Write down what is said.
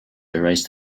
erased